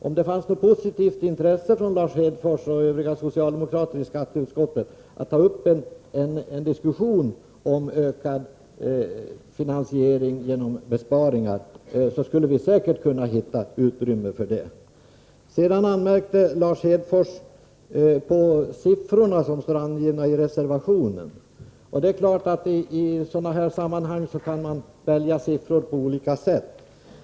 Om det finns positivt intresse hos Lars Hedfors och övriga socialdemokrater i skatteutskottet att ta upp en diskussion om ökad finansiering genom besparingar, skulle vi säkert hitta utrymme för det. Sedan anmärker Lars Hedfors på de siffror som är angivna i reservationen. I sådant här sammanhang kan man välja siffror på olika sätt.